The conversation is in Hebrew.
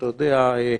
אתה יודע,